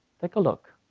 take a look,